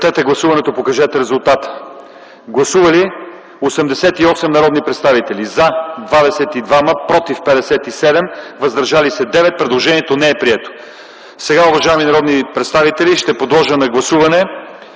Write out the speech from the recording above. Сега, уважаеми народни представители, ще подложа на гласуване